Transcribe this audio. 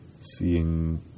seeing